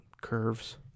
curves